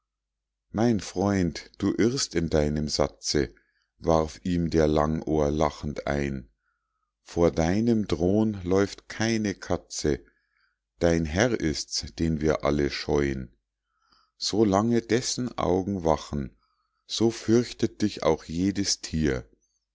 mein freund du irrst in deinem satze warf ihm der langohr lachend ein vor deinem droh'n läuft keine katze dein herr ist's den wir alle scheu'n so lange dessen augen wachen so fürchtet dich auch jedes thier